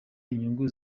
inyungu